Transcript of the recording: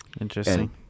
interesting